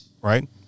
right